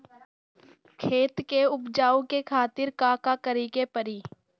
खेत के उपजाऊ के खातीर का का करेके परी?